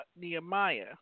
Nehemiah